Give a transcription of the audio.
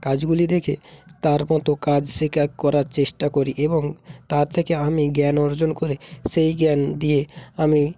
কাজগুলি দেখে তার মতো কাজ শেখা করার চেষ্টা করি এবং তার থেকে আমি জ্ঞান অর্জন করি সেই জ্ঞান দিয়ে আমি